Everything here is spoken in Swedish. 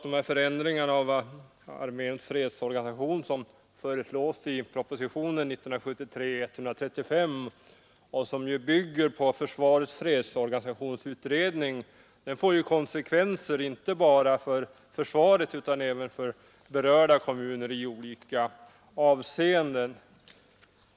De förändringar av arméns fredsorganisation som föreslås i propositionen 135 år 1973 och som bygger på försvarets fredsorganisationsutrednings förslag får konsekvenser inte bara för försvaret utan även för berörda kommuner i olika avseenden.